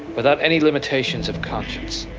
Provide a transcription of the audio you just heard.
without any limitations of conscience?